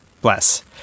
Bless